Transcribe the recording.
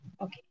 Okay